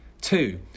Two